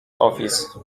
office